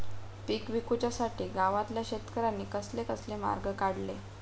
पीक विकुच्यासाठी गावातल्या शेतकऱ्यांनी कसले कसले मार्ग काढले?